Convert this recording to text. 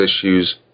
issues